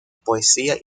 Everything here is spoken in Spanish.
poesía